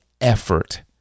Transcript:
effort